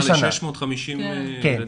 ל-650 ילדים.